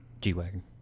G-Wagon